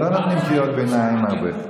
לא נותנים קריאות ביניים הרבה.